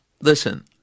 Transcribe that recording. Listen